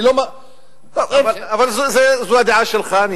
אבל זו הדעה שלך.